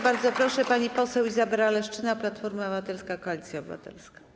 Bardzo proszę, pani poseł Izabela Leszczyna, Platforma Obywatelska - Koalicja Obywatelska.